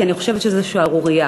כי אני חושבת שזאת שערורייה.